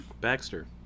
Baxter